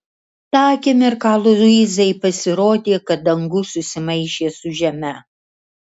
tą akimirką luizai pasirodė kad dangus susimaišė su žeme